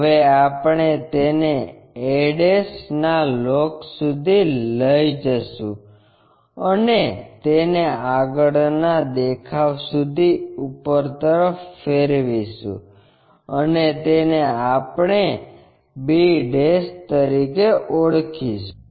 હવે આપણે તેને a ના લોકસ સુધી લઈ જશું અને તેને આગળનાં દેખાવ સુધી ઉપર તરફ ફેરવીશું અને તેને આપણે b તરીકે ઓળખીશુ